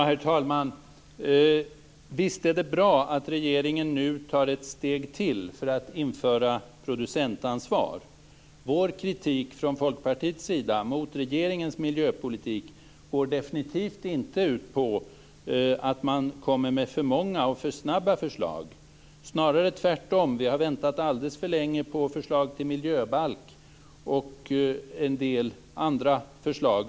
Herr talman! Visst är det bra att regeringen nu tar ett steg till för att införa producentansvar. Folkpartiets kritik mot regeringens miljöpolitik går definitivt inte ut på att man kommer med för många och för snabba förslag, snarare tvärtom. Vi har väntat alldeles för länge på förslag till miljöbalk och en del andra förslag.